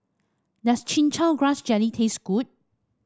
does Chin Chow Grass Jelly taste good